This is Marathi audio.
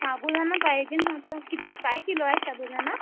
साबुदाणा पाहिजे होता कित् काय किलो आहे साबुदाणा